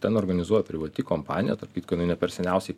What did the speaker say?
ten organizuoja privati kompanija tarp kitko jinai ne per seniausiai